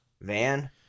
Van